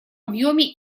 объеме